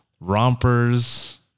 rompers